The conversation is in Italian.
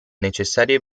necessarie